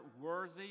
worthy